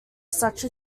such